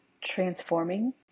transforming